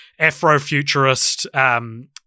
Afrofuturist